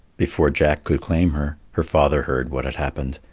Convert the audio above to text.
before jack could claim her, her father heard what had happened,